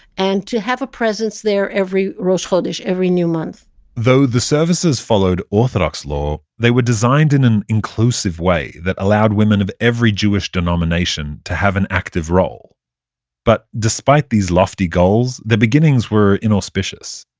and to have a presence there every rosh chodesh every new month though the services followed orthodox law, they were designed in an inclusive way that allowed women of every jewish denomination to have an active role but despite these lofty goals, their beginnings were inauspicious.